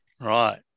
Right